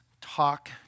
talk